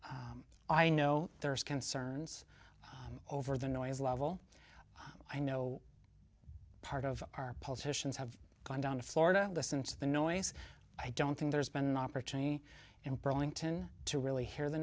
vermont i know there's concerns over the noise level i know part of our politicians have gone down to florida listen to the noise i don't think there's been an opportunity in burlington to really hear the